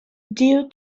due